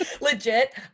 Legit